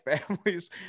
families